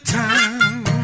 time